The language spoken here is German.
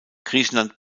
griechenland